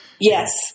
Yes